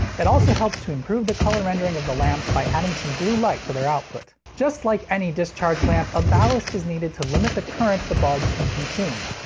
it also helps to improve the color rendering of the lamps by adding some blue light to their output. just like any discharge lamp, a ballast is needed to limit the current the bulb can consume.